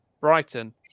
Brighton